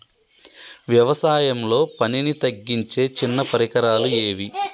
వ్యవసాయంలో పనిని తగ్గించే చిన్న పరికరాలు ఏవి?